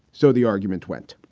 so the argument went.